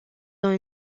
dans